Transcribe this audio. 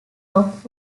rock